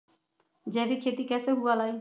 जैविक खेती कैसे हुआ लाई?